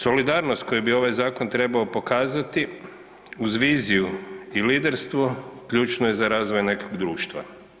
Solidarnost koju bi ovaj zakon trebao pokazati uz viziju i liderstvo ključno je za razvoj nekog društva.